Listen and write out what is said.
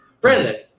Brandon